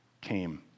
came